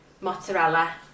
mozzarella